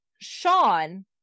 Sean